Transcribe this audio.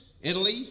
Italy